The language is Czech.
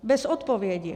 Bez odpovědi.